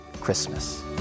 Christmas